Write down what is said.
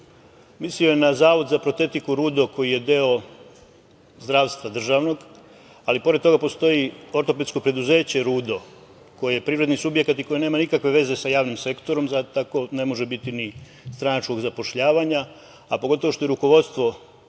Mislio je na Zavod za protetiku „Rudo“ koji je deo zdravstva državnog, ali pored toga postoji ortopedsko preduzeće „Rudo“ koje je privredni subjekat i koje nema nikakve veze sa javnim sektorom, pa tako ne može biti ni stranačkog zapošljavanja, a pogotovo što je rukovodstvo